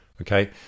okay